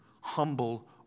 humble